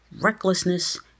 recklessness